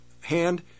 hand